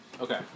Okay